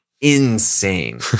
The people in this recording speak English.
insane